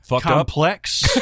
complex